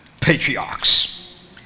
patriarchs